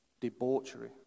debauchery